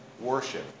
worship